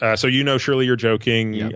ah so you know surely you're joking.